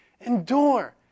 endure